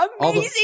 amazing